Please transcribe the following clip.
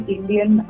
Indian